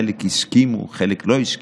חלק הסכימו וחלק לא,